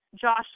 Josh